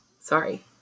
Sorry